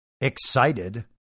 excited